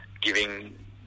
giving